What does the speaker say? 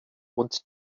und